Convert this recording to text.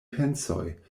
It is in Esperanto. pensoj